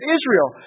Israel